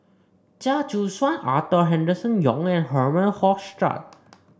Chia Choo Suan Arthur Henderson Young and Herman Hochstadt